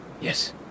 Yes